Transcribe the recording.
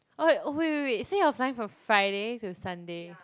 like oh wait wait wait so you're flying from Friday to Sunday